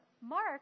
Mark